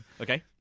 Okay